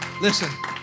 listen